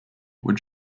were